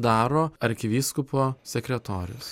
daro arkivyskupo sekretorius